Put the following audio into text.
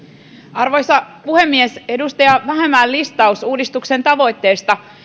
arvoisa puhemies edustaja vähämäen listaus uudistuksen tavoitteista